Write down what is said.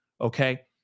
okay